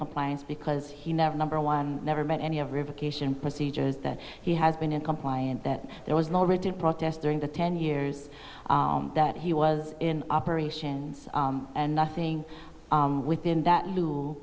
compliance because he never number one never met any of river cation procedures that he has been in compliance that there was no written protest during the ten years that he was in operations and nothing within that